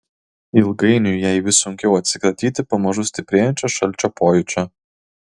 ilgainiui jai vis sunkiau atsikratyti pamažu stiprėjančio šalčio pojūčio